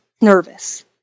nervous